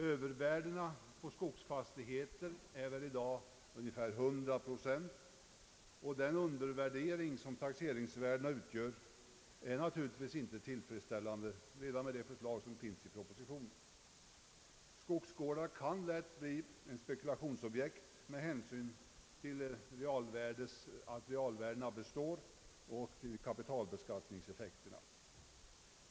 Övervärdena på skogsfastigheter är väl i dag ungefär 100 procent, och den undervärdering som taxeringsvärdena utgör är naturligtvis inte tillfredsställande ens med det förslag som finns i propositionen. Skogsgårdar kan lätt bli spekulationsobjekt med hänsyn till att realvärdena består och till kapitalbeskattningseffekterna.